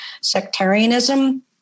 sectarianism